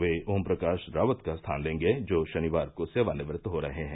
वे ओम प्रकाश रावत का स्थान लेंगे जो शनिवार को सेवानिकृत हो रहे हैं